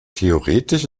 theoretisch